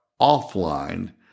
offline